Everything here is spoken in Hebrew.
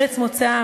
ארץ מוצאם,